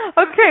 Okay